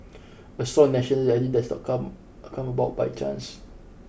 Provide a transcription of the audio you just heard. a strong national identity does not come come about by chance